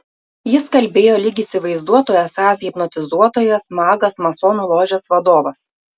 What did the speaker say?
jis kalbėjo lyg įsivaizduotų esąs hipnotizuotojas magas masonų ložės vadovas